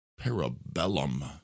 Parabellum